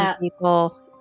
people